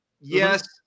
Yes